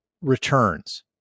returns